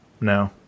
no